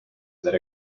that